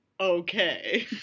okay